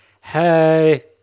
Hey